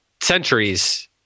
centuries